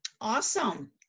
Awesome